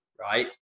right